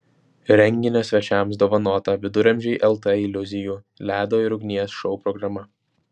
renginio svečiams dovanota viduramžiai lt iliuzijų ledo ir ugnies šou programa